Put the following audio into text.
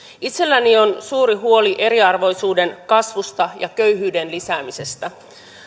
itselläni on suuri huoli eriarvoisuuden kasvusta ja köyhyyden lisäämisestä